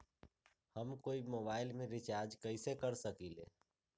हम कोई मोबाईल में रिचार्ज कईसे कर सकली ह?